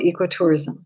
ecotourism